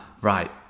right